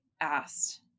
asked